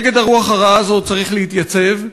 נגד הרוח הרעה הזאת צריך להתייצב,